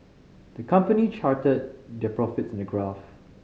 the company charted their profits in a graph